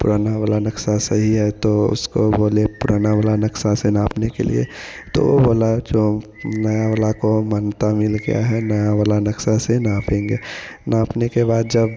पुराना वाला नक्शा सही है तो उसको बोले पुराना वला नक्शा से नापने के लिए तो वह बोला जो नए वाले को मन्यता मिल गया है नया वाला नक्शा से नापेंगे नापने के बाद जब